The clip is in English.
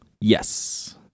Yes